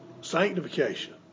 sanctification